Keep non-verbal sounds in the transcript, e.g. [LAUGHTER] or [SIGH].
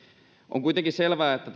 on kuitenkin selvää että [UNINTELLIGIBLE]